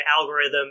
algorithm